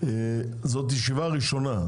זאת ישיבה ראשונה,